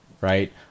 right